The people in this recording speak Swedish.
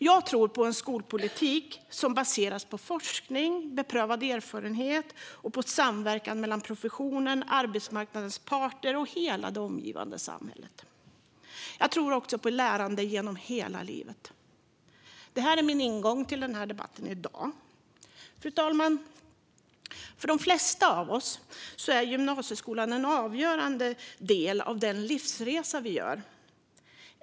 Jag tror på en skolpolitik som baseras på forskning, på beprövad erfarenhet och på samverkan mellan professionen, arbetsmarknadens parter och hela det omgivandet samhället. Jag tror också på ett lärande genom hela livet. Detta är min ingång till den här debatten. Fru talman! För de flesta av oss är gymnasieskolan en avgörande del av den livsresa vi gör.